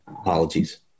Apologies